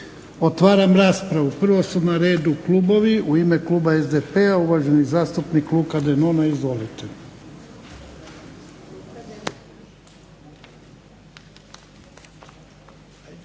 Otvaram raspravu. Prvo su na redu klubovi. U ime kluba SDP-a uvaženi zastupnik Luka Denona. Izvolite.